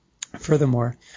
Furthermore